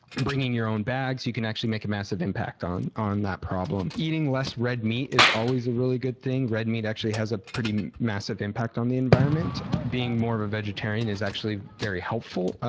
and bringing your own bags you can actually make a massive impact on on that problem. eating less red meat is always a really good thing. red meat actually has a pretty massive impact on the environment. being more of a vegetarian is actually very helpful,